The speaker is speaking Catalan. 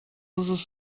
usos